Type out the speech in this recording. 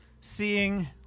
seeing